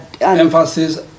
emphasis